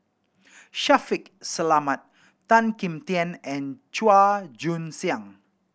Shaffiq Selamat Tan Kim Tian and Chua Joon Siang